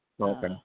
Okay